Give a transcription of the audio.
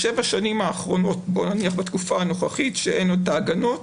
נניח בתקופה הנוכחית שאין עוד את ההגנות,